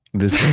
this